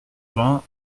vingt